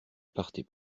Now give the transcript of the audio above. partez